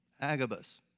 Agabus